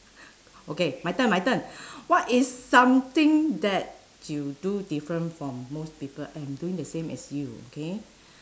okay my turn my turn what is something that you do different from most people I am doing the same as you okay